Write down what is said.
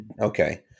Okay